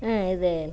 இது